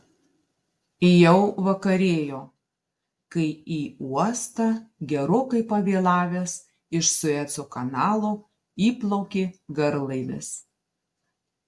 jau vakarėjo kai į uostą gerokai pavėlavęs iš sueco kanalo įplaukė garlaivis